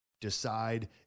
decide